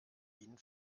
ihnen